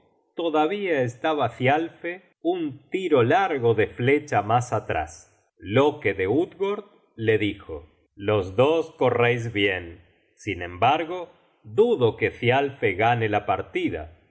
todavía estaba thialfe un tiro largo de flecha mas atrás loke de utgord le dijo los dos correis bien sin embargo dudo que thialfe gane la partida